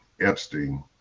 Epstein